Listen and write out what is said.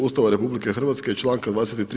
Ustava RH i članka 23.